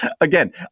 again